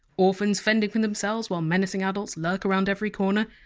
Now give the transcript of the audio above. orphans fending for themselves, while menacing adults lurk around every corner!